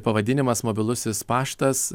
pavadinimas mobilusis paštas